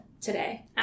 today